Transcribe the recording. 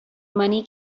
money